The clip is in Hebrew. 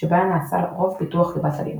שבה נעשה רוב פיתוח ליבת הלינוקס.